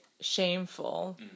shameful